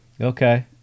okay